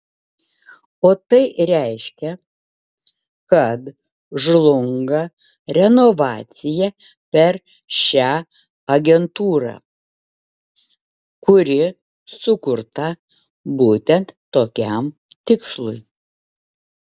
o tai reiškia kad žlunga renovacija per šią agentūrą kuri sukurta būtent tokiam tikslui